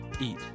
eat